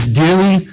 dearly